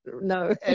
No